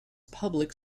public